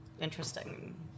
interesting